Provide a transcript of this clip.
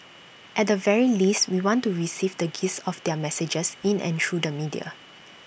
at the very least we want to receive the gist of their messages in and through the media